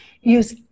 Use